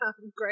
Great